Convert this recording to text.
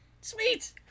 Sweet